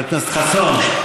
חבר הכנסת חסון,